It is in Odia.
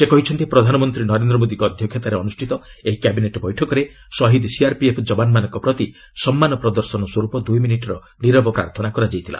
ସେ କହିଛନ୍ତି ପ୍ରଧାନମନ୍ତ୍ରୀ ନରେନ୍ଦ୍ର ମୋଦିଙ୍କ ଅଧ୍ୟକ୍ଷତାରେ ଅନୁଷ୍ଠିତ ଏହି କ୍ୟାବିନେଟ୍ ବୈଠକରେ ଶହୀଦ ସିଆର୍ପିଏଫ୍ ଯବାନମାନଙ୍କ ପ୍ରତି ସମ୍ମାନ ପ୍ରଦର୍ଶନ ସ୍ୱରୂପ ଦୁଇମିନିଟ୍ ନିରବ ପ୍ରାର୍ଥନା କରାଯାଇଥିଲା